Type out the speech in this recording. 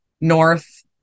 north